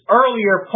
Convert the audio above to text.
earlier